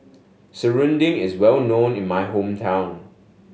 Serunding is well known in my hometown